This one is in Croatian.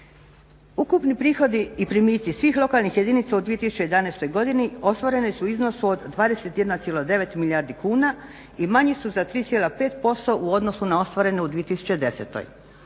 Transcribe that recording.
Ukupni prihodi i primici svih lokalnih jedinica u 2011. godini ostvareni su u iznosu od 21,9 milijardi kuna i manji su za 3,5% u odnosu na ostvareno u 2010. Pri